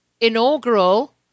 inaugural